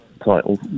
title